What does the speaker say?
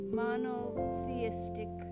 monotheistic